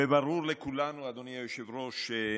ברור לכולנו, אדוני היושב-ראש,